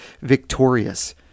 victorious